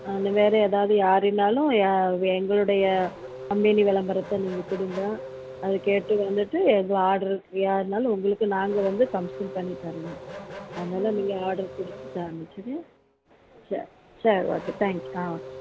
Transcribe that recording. இன்னும் வேறு ஏதாவது யாருனாலும் யா எங்களுடைய கம்பெனி விளம்பரத்தை நீங்கள் கொடுங்க அதை கேட்டு வந்துட்டு எது ஆர்டர் ஃப்ரீயாக இருந்தாலும் உங்களுக்கு நாங்கள் வந்து கம்ப்ளீட் பண்ணி தரோம் அதனாலே நீங்கள் ஆர்டர் பிடிச்சுத் தாங்க சரியா சரி சரி ஓகே தேங்க்யூ ஆ ஓகே